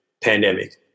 pandemic